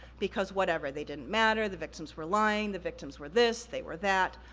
because whatever, they didn't matter, the victims were lying, the victims were this, they were that.